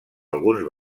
alguns